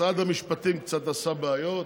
משרד המשפטים קצת עשה בעיות,